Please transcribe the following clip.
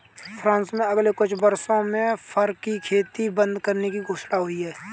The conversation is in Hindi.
फ्रांस में अगले कुछ वर्षों में फर की खेती बंद करने की घोषणा हुई है